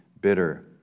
bitter